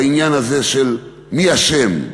בעניין הזה של מי אשם.